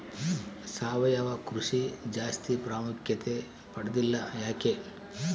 ಸಾವಯವ ಕೃಷಿ ಜಾಸ್ತಿ ಪ್ರಾಮುಖ್ಯತೆ ಪಡೆದಿಲ್ಲ ಯಾಕೆ?